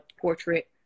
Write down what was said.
portrait